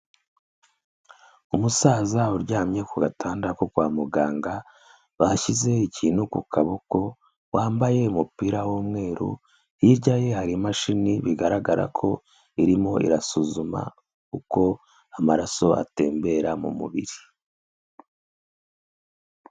Umusaza uryamye ku gatanda ko kwa muganga bashyize ikintu ku kaboko, wambaye umupira w'umweru, hirya ye hari imashini bigaragara ko irimo irasuzuma uko amaraso atembera mu mubiri.